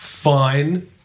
Fine